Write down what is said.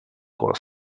cost